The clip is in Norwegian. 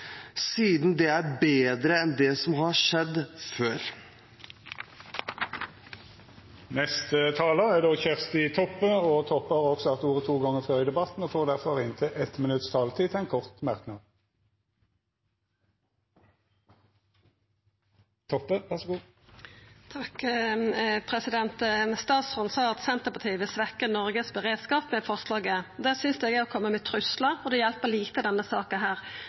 det er bedre enn det som har skjedd før. Representanten Kjersti Toppe har hatt ordet to gonger tidlegare og får ordet til ein kort merknad, avgrensa til 1 minutt. Statsråden sa at Senterpartiet vil svekkja beredskapen i Noreg med forslaget. Det synest eg er å koma med truslar, og det hjelper lite i denne saka.